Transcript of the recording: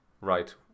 Right